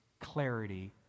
clarity